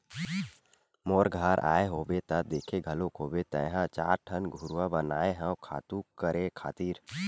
मोर घर आए होबे त देखे घलोक होबे तेंहा चार ठन घुरूवा बनाए हव खातू करे खातिर